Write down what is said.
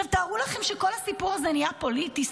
תארו לכם שכל הסיפור הזה נהיה פוליטי,